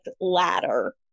ladder